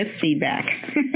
feedback